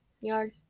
yard